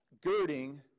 girding